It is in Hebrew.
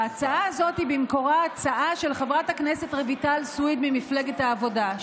ההצעה הזאת היא במקורה הצעה של חברת הכנסת רויטל סויד ממפלגת העבודה,